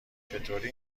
چطوری